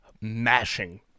mashing